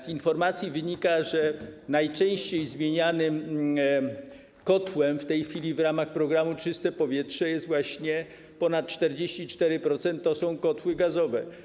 Z informacji wynika, że najczęściej zmienianymi kotłami w tej chwili w ramach programu „Czyste powietrze” - ponad 44% - są kotły gazowe.